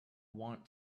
want